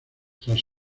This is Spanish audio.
tras